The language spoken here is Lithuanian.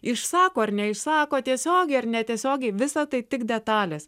išsako ar neišsako tiesiogiai ar netiesiogiai visą tai tik detalės